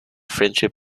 friendship